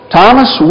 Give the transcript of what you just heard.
Thomas